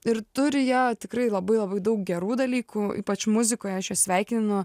ir turi jie tikrai labai labai daug gerų dalykų ypač muzikoje aš juos sveikinu